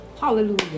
Hallelujah